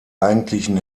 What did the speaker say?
eigentlichen